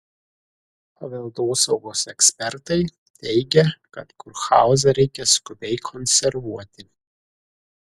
paveldosaugos ekspertai teigia kad kurhauzą reikia skubiai konservuoti